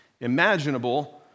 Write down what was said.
imaginable